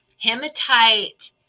hematite